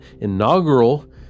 inaugural